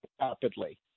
rapidly